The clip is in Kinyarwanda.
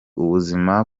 ubuzima